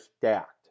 stacked